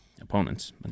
opponents